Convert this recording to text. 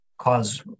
cause